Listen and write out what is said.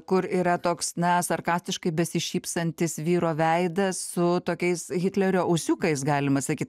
kur yra toks na sarkastiškai besišypsantis vyro veidas su tokiais hitlerio ūsiukais galima sakyt